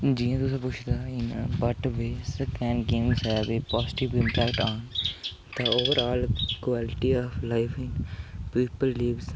जि'यां तुसें पुच्छे दा ऐ कि what is positive impact of games on overall quality of life people लीवस